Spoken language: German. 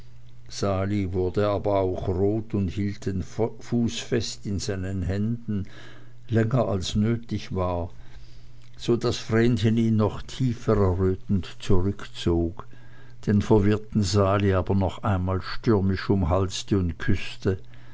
sali wurde aber auch rot und hielt den fuß fest in seinen händen länger als nötig war so daß vrenchen ihn noch tiefer errötend zurückzog den verwirrten sali aber noch einmal stürmisch umhalste und küßte